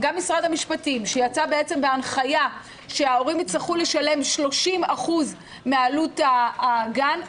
גם משרד המשפטים שיצא בהנחיה שההורים ישלמו 30% מעלות הגן,